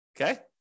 Okay